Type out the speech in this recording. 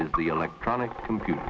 is the electronic computer